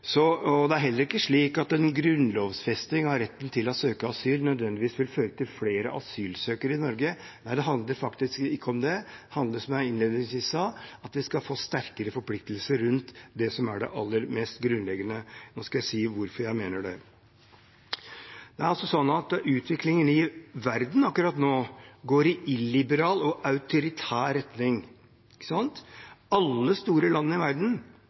Det er heller ikke slik at en grunnlovfesting av retten til å søke asyl nødvendigvis vil føre til flere asylsøkere i Norge. Nei, det handler ikke om det. Det handler om – som jeg sa innledningsvis – at vi skal få sterkere forpliktelser rundt det som er det aller mest grunnleggende. Nå skal jeg si hvorfor jeg mener det. Utviklingen i verden akkurat nå går i illiberal og autoritær retning. I alle store land i verden